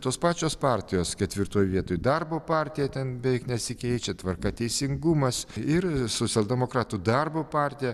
tos pačios partijos ketvirtoj vietoj darbo partija ten beveik nesikeičia tvarka teisingumas ir socialdemokratų darbo partija